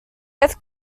its